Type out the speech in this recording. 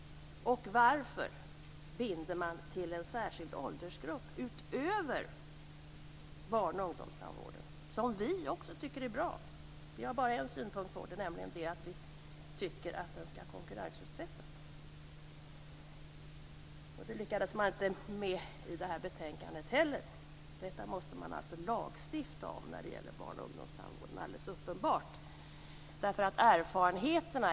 Och varför binder man pengar till en särskild åldersgrupp utöver barn och ungdomstandvården? Denna tycker vi är bra. Vi har bara en synpunkt på den, nämligen att vi tycker att den skall konkurrensutsättas. Det lyckades man inte med i det här betänkandet heller. Detta måste man alldeles uppenbart lagstifta om när det gäller barn och ungdomstandvården.